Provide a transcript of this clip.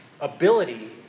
ability